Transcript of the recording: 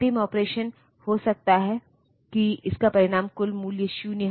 अंतिम ऑपरेशन हो सकता है कि इसका परिणाम कुल मूल्य 0 है